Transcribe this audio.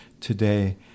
today